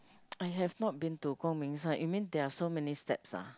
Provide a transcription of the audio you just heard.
I have not been to 光明山 you mean there are so many steps ah